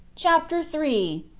chapter three.